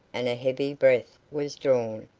and a heavy breath was drawn,